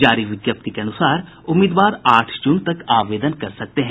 जारी विज्ञप्ति के अनुसार उम्मीदवार आठ जून तक आवेदन कर सकते हैं